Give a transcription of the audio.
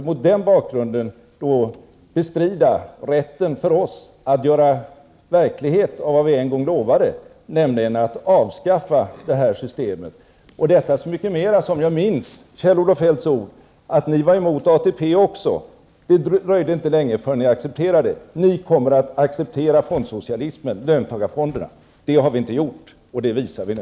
Mot den bakgrunden kan man inte bestrida vår rätt att göra verklighet av vad vi en gång lovade, nämligen att avskaffa det här systemet, detta så mycket mer som jag minns Kjell-Olof Feldts ord: Ni var emot ATP också, men det dröjde inte länge förrän ni accepterade det. På samma sätt kommer ni att acceptera löntagarfonderna. -- Det har vi inte gjort, och det visar vi nu.